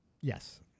Yes